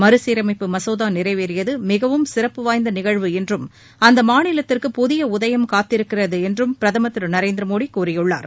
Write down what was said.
மறுசீரமைப்பு மசோதா நிறைவேறியது மிகவும் சிறப்பு வாய்ந்த நிகழ்வு என்றும் அம்மாநிலத்திற்கு புதிய உதயம் காத்திருக்கிறது என்றும் பிரதமர் திரு நரேந்திர மோடி கூறியுள்ளார்